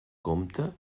compte